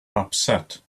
upset